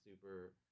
super